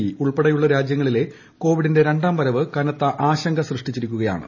E ഉൾപ്പെടെയുള്ള രാജ്യങ്ങളിലെ കോവിഡിന്റെ രണ്ടാംവരവ് കനത്ത ആശങ്ക സൃഷ്ടിച്ചിരിക്കുകയാണ്